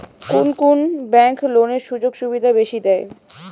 কুন কুন ব্যাংক লোনের সুযোগ সুবিধা বেশি দেয়?